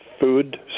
food